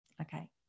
Okay